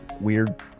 weird